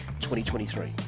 2023